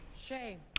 Shame